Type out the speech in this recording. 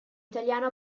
italiano